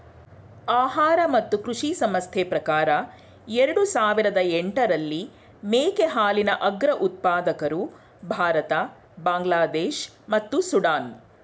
ಆಹಾರ ಮತ್ತು ಕೃಷಿ ಸಂಸ್ಥೆ ಪ್ರಕಾರ ಎರಡು ಸಾವಿರದ ಎಂಟರಲ್ಲಿ ಮೇಕೆ ಹಾಲಿನ ಅಗ್ರ ಉತ್ಪಾದಕರು ಭಾರತ ಬಾಂಗ್ಲಾದೇಶ ಮತ್ತು ಸುಡಾನ್